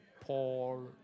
Paul